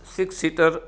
six seater